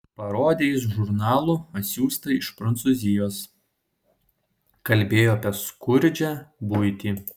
parodė jis žurnalų atsiųstų iš prancūzijos kalbėjo apie skurdžią buitį